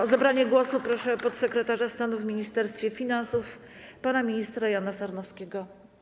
O zabranie głosu proszę podsekretarza stanu w ministerstwie finansów pana ministra Jana Sarnowskiego.